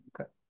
okay